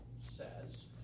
says